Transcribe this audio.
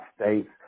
states